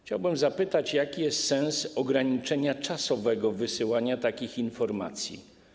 Chciałbym zapytać, jaki jest sens ograniczenia czasowego wysyłania takich informacji.